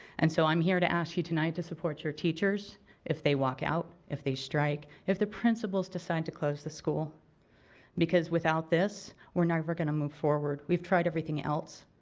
and so, i'm here to ask you tonight to support your teachers if they walk out, if they strike, if the principals decide to close the school because without this, we're never gonna move forward. we've tried everything else